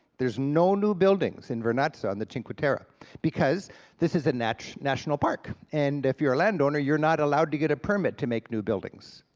there's no new buildings in vernazza on the cinque terre because this is a national national park, and if you're a landowner you're not allowed to get a permit to make new buildings.